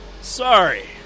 Sorry